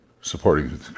supporting